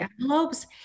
envelopes